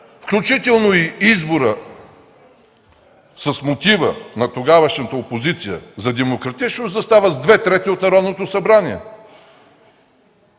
включително и изборът, с мотива на тогавашната опозиция за демократичност, да става с две трети от Народното събрание.